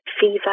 fever